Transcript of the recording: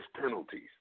penalties